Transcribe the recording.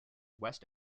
west